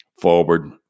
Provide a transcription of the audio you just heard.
forward